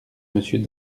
monsieur